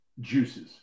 juices